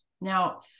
Now